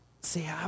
se